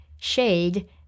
Shade